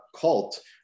cult